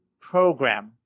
program